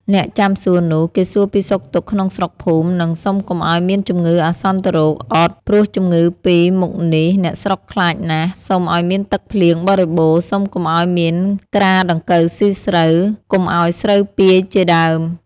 អ្នកចាំសួរនោះ គេសួរពីសុខទុក្ខក្នុងស្រុកភូមិ នឹងសុំកុំឲ្យមានជំងឺអាសន្នរោគ អុត ព្រោះជំងឺពីរ មុខនេះ អ្នកស្រុកខ្លាចណាស់ សុំឲ្យមានទឹកភ្លៀងបរិបូណ៌ សុំកុំឲ្យមានក្រាដង្កូវស៊ីស្រូវ កុំឲ្យស្រូវពាយ ជា ដើម ។